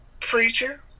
preacher